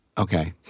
Okay